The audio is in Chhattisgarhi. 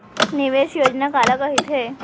निवेश योजना काला कहिथे?